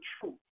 truth